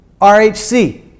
RHC